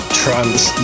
trance